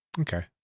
Okay